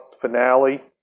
finale